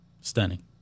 Stunning